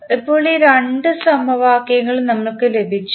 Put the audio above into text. ഇപ്പോൾ ഈ രണ്ട് സമവാക്യങ്ങളും നമ്മൾക്ക് ലഭിച്ചു